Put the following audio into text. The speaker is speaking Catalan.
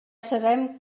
sabem